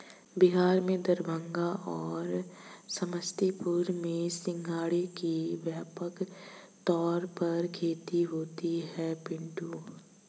बिहार में दरभंगा और समस्तीपुर में सिंघाड़े की व्यापक तौर पर खेती होती है पिंटू